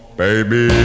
baby